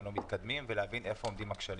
לא מתקדמים ולהבין איפה עומדים הכשלים.